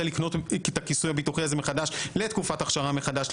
לקנות את הכיסוי הביטוחי הזה מחדש לתקופת אכשרה מחדש,